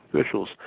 officials